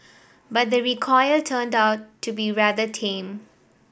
but the recoil turned out to be rather tame